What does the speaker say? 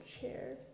chair